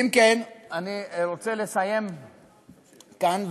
אם כן, אני רוצה לסיים כאן ולומר,